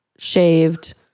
Shaved